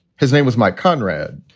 his name was mike conrad.